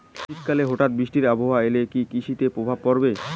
শীত কালে হঠাৎ বৃষ্টি আবহাওয়া এলে কি কৃষি তে প্রভাব পড়বে?